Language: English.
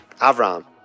Avram